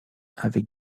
avec